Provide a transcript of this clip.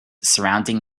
surrounding